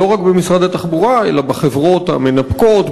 לא רק במשרד התחבורה אלא בחברות המנפקות,